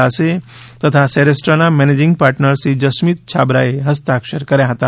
દાસે તથા સેરેસ્ટ્રાના મેનેજિંગ પાર્ટનર શ્રી જશમીત છાબરાએ હસ્તાક્ષર કર્યા હતા